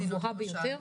הגבוהה ביותר.